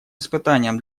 испытанием